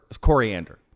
coriander